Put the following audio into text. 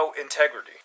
integrity